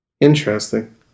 Interesting